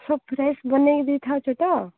ସବୁ ଫ୍ରେସ୍ ବନେଇକି ଦେଇଥାଉଛ ତ